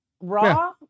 Raw